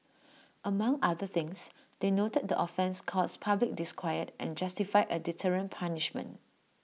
among other things they noted the offence caused public disquiet and justified A deterrent punishment